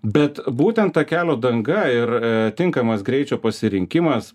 bet būtent ta kelio danga ir tinkamas greičio pasirinkimas